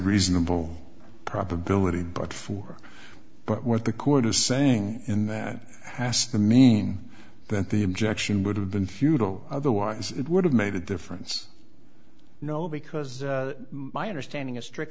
reasonable probability but for but what the court is saying in that has to mean that the objection would have been futile otherwise it would have made a difference no because my understanding of stric